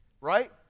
right